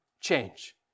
change